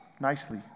Nicely